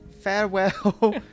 Farewell